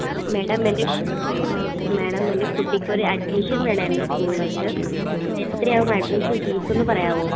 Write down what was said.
madam എൻ്റെ madam എൻ്റെ കുട്ടിക്ക് ഒരു അഡ്മിഷൻ വേണമായിരുന്നു സ്കൂളിലേക്ക് എത്രയാകും അഡ്മിഷൻ ഫീസ് ഒന്ന് പറയാമോ